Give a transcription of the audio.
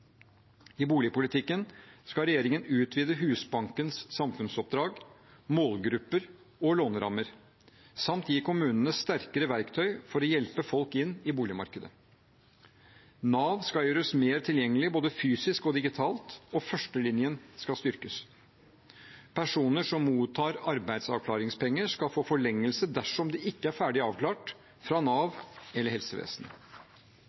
I boligpolitikken skal regjeringen utvide Husbankens samfunnsoppdrag, målgrupper og lånerammer samt gi kommunene sterkere verktøy for å hjelpe folk inn i boligmarkedet. Nav skal gjøres mer tilgjengelig både fysisk og digitalt, og førstelinjen skal styrkes. Personer som mottar arbeidsavklaringspenger, skal få forlengelse dersom de ikke er ferdig avklart fra